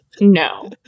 no